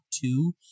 two